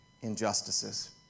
injustices